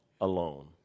alone